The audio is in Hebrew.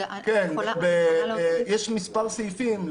יש מספר סעיפים,